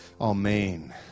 amen